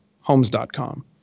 homes.com